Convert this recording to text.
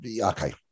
okay